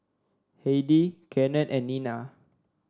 Heidi Cannon and Nina